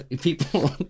people